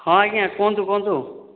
ହଁ ଆଜ୍ଞା କୁହନ୍ତୁ କୁହନ୍ତୁ